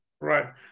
Right